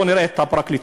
בואו נראה את הפרקליטות.